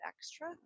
extra